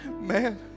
Man